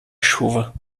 chuva